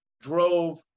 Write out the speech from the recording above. drove